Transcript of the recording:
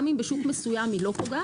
גם אם בשוק מסוים היא לא פוגעת.